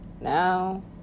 Now